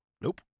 Nope